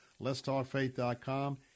letstalkfaith.com